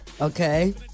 Okay